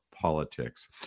politics